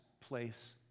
place